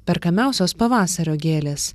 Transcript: perkamiausios pavasario gėlės